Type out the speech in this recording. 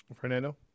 Fernando